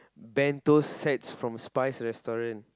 bento sets from Spize restaurant